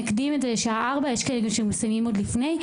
נקדים את זה לשעה 16:00. יש כאלו שמסיימים עוד לפני.